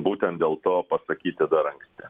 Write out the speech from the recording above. būtent dėl to pasakyti dar anksti